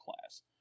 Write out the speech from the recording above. class